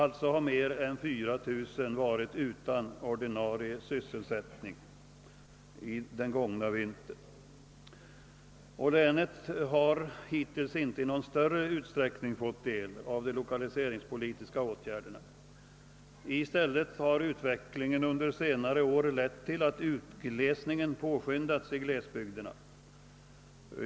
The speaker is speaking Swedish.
Alltså har mer än 4000 människor varit utan ordinarie sysselsättning under den gångna vintern. Länet har hittills inte i någon större utsträckning fått del av de lokaliseringspolitiska åtgärderna. I stället har utvecklingen under senare år lett till att utglesningen påskyndats.